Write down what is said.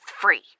free